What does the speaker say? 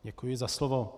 Děkuji za slovo.